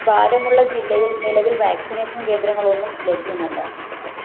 ബാരമുള്ള ജില്ലയിൽ നിലവിൽ വാക്സിനേഷൻ കേന്ദ്രങ്ങളൊന്നും ലഭ്യമല്ല